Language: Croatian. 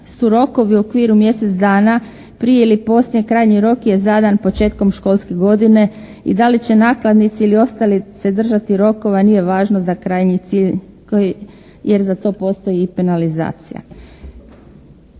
su rokovi u okviru mjesec dana, prije ili poslije. Krajnji rok je zadan početkom školske godine i da li će nakladnici ili ostali se držati rokova nije važno za krajnji cilj jer za to postoji i penalizacija.